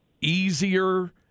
easier